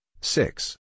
six